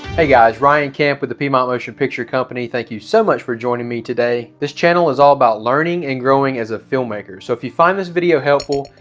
hey guys ryan camp with the piedmont motion picture company. thank you so much for joining me today this channel is all about learning and growing as a filmmaker so if you find this video helpful,